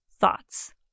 thoughts